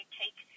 take